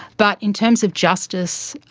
but in terms of justice,